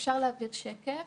נעבור שקף.